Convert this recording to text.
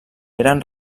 eren